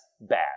bad